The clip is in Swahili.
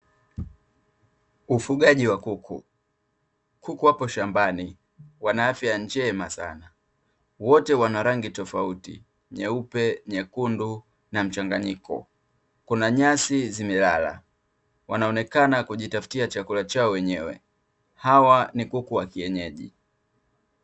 Ufugaji wa kuku, kuku wapo shambani wana afya njema sana wote wana rangi tofauti nyeupe, nyekundu, na mchanganyiko, kuna nyasi zimelala wanaonekana kujitafutia chakula chao wenyewe, hawa ni kuku wa kienyeji.